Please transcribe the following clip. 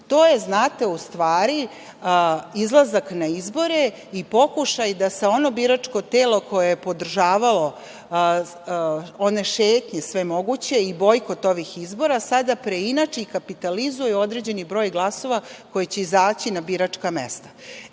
To je znate u stvari, izlazak na izbore i pokušaj da se ono biračko telo koje je podržavalo one šetnje sve moguće i bojkot ovih izbora sada preinači i kapitalizuje određen broj glasova koji će izaći na biračka mesta.